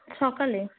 সকালে